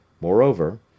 Moreover